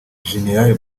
jenerali